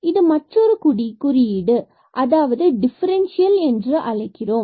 இது மற்றொரு குறியீடு அதாவது டிஃபரண்சியல் என்று அழைக்கிறோம்